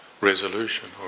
resolution